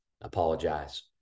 Apologize